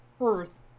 earth